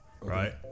right